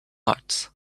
arts